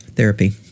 Therapy